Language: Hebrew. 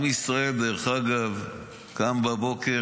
עם ישראל קם בבוקר,